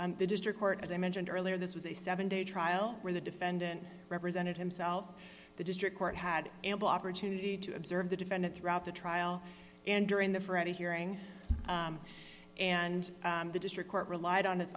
competence the district court as i mentioned earlier this was a seven day trial where the defendant represented himself the district court had ample opportunity to observe the defendant throughout the trial and during the ferretti hearing and the district court relied on